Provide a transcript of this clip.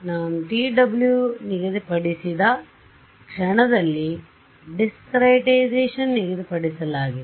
ನಾನು twನಿಗದಿಪಡಿಸಿದ ಕ್ಷಣದಲ್ಲಿ Discretizationನಿಗದಿಪಡಿಸಲಾಗಿದೆ